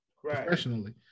professionally